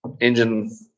engine